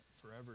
forever